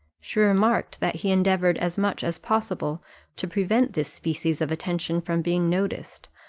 she remarked that he endeavoured as much as possible to prevent this species of attention from being noticed,